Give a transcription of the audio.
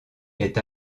est